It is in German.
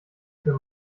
für